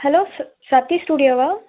hello ச சக்தி ஸ்டூடியோவா